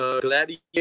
Gladiator